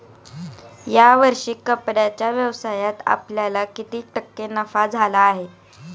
या वर्षी कपड्याच्या व्यवसायात आपल्याला किती टक्के नफा झाला आहे?